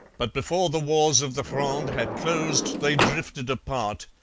but before the wars of the fronde had closed they drifted apart,